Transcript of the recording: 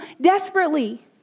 desperately